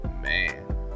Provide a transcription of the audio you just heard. Man